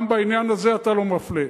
גם בעניין הזה אתה לא מפלה.